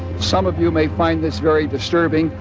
some of you may find this very disturbing.